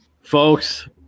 Folks